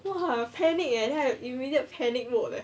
!wah! I panic eh immediate panic mode eh